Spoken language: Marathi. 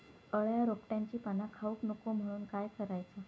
अळ्या रोपट्यांची पाना खाऊक नको म्हणून काय करायचा?